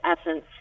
essence